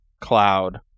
cloud